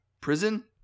prison